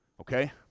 okay